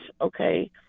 okay